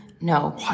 no